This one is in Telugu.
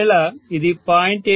ఒకవేళ ఇది 0